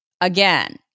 again